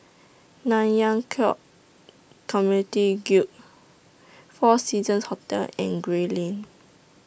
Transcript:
Nanyang Khek Community Guild four Seasons Hotel and Gray Lane